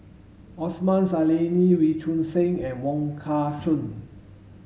Osman Zailani Wee Choon Seng and Wong Kah Chun